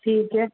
ठीक है